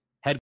head